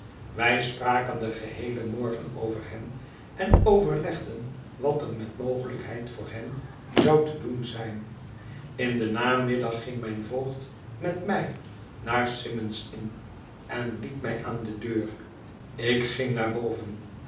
wij spraken den geheelen morgen over hen en overlegden wat er met mogelijkheid voor hen zou te doen zijn in den namiddag ging mijn voogd met mij naar symond's innen liet mij aan de deur ik ging naar boven